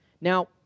Now